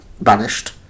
banished